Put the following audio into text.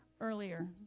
earlier